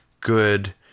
good